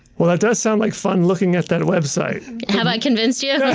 well, that does sound like fun looking at that website. have i convinced you? yeah